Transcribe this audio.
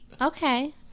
Okay